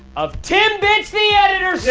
of tim bits, the editor,